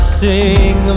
sing